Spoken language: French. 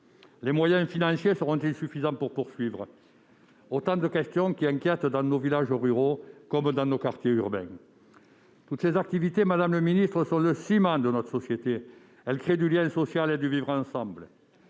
Les moyens financiers seront-ils suffisants pour poursuivre ? Autant de questions qui inquiètent dans nos villages comme dans nos quartiers urbains. Toutes ces activités sont le ciment de notre société. Elles créent du lien social et du vivre ensemble.